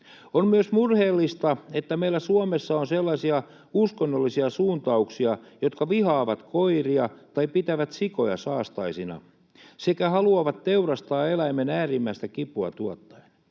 On myös murheellista, että meillä Suomessa on sellaisia uskonnollisia suuntauksia, jotka vihaavat koiria tai pitävät sikoja saastaisina sekä haluavat teurastaa eläimen äärimmäistä kipua tuottaen.